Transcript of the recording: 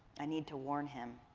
i need to warn him.